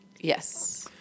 yes